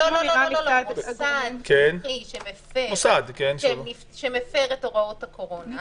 מוסד חינוך שמפר את הוראות הקורונה,